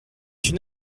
une